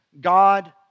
God